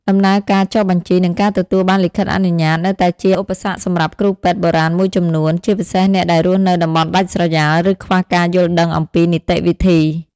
ដំណើរការចុះបញ្ជី និងការទទួលបានលិខិតអនុញ្ញាតនៅតែជាឧបសគ្គសម្រាប់គ្រូពេទ្យបុរាណមួយចំនួន ជាពិសេសអ្នកដែលរស់នៅតំបន់ដាច់ស្រយាល ឬខ្វះការយល់ដឹងអំពីនីតិវិធី។